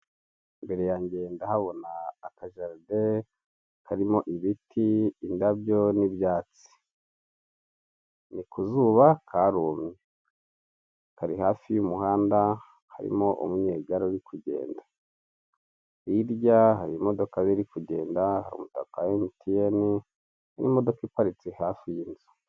Imbere yange ndahabona akajaride karimo ibiti, indabyo, n'ibyatsi. Ni ku zuba, karumye. Kari hafi y'umuhanda, harimo umunyerage uri kugenda. Hirya hari imodoka ziri kugenda, hari umutaka wa emutiyene, n'imodoka iparitse hafi y'inzu.